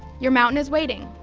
your mountain is waiting,